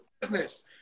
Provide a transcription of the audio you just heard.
business